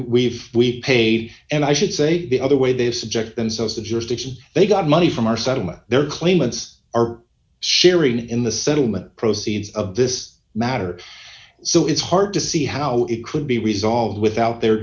we've paid and i should say the other way they subject themselves to jurisdictions they got money from our settlement their claimants are sharing in the settlement proceeds of this matter so it's hard to see how it could be resolved without the